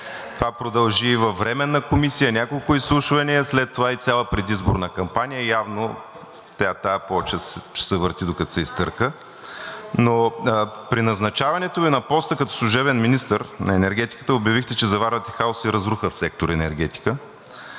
от ГЕРБ-СДС) и във Временната комисия, няколко изслушвания, след това и цяла предизборна кампания, явно тази плоча ще се върти, докато се изтърка. Но при назначаването Ви на поста като служебен министър на енергетиката обявихте, че заварвате хаос и разруха в сектор „Енергетика“.